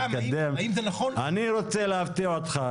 אני רוצה להפתיע אותך,